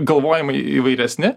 galvojimai įvairesni